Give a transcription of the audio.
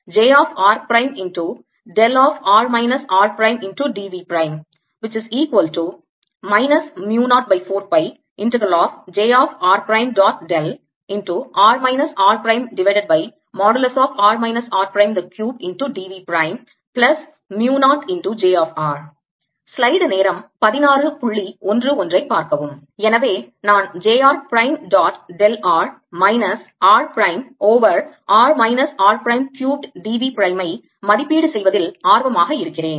எனவே நான் j r prime dot del r minus r prime over r minus r prime cubed d v பிரைமை மதிப்பீடு செய்வதில் ஆர்வமாக இருக்கிறேன்